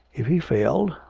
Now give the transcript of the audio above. if he failed.